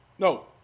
No